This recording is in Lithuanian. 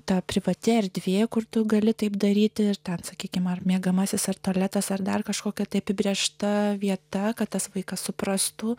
ta privati erdvė kur tu gali taip daryti ir ten sakykime ar miegamasis ar tualetas ar dar kažkokia neapibrėžta vieta kad tas vaikas suprastų